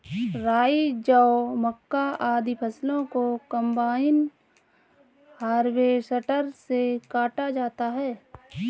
राई, जौ, मक्का, आदि फसलों को कम्बाइन हार्वेसटर से काटा जाता है